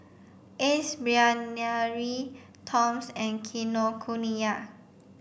Ace Brainery Toms and Kinokuniya